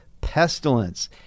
pestilence